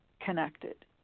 connected